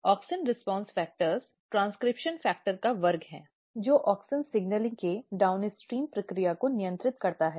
auxin response factor transcription factor का वर्ग है जो ऑक्सिन सिग्नलिंग के डाउनस्ट्रीम प्रक्रिया को नियंत्रित करता है